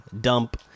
dump